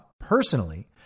personally